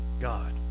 God